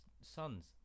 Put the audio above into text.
sons